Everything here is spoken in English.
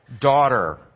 Daughter